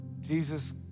jesus